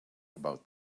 about